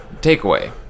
takeaway